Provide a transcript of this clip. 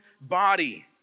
body